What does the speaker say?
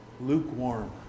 lukewarm